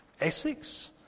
Essex